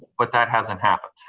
but that hasn't happened.